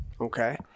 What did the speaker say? okay